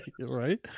Right